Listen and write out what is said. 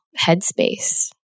headspace